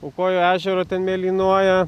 ūkojo ežero ten mėlynuoja